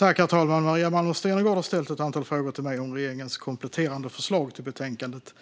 Herr talman! Maria Malmer Stenergard har ställt ett antal frågor till mig om regeringens kompletterande förslag till betänkandet